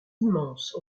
immense